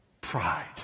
Pride